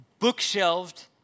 bookshelved